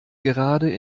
gerade